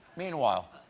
meanwhile,